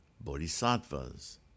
bodhisattvas